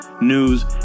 news